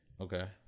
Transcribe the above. Okay